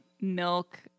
milk